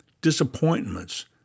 disappointments